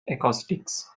acoustics